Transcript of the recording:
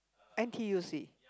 N_T_U_C